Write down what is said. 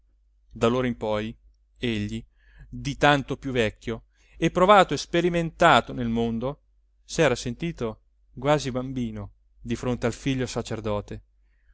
dell'elevazione d'allora in poi egli di tanto più vecchio e provato e sperimentato nel mondo s'era sentito quasi bambino di fronte al figlio sacerdote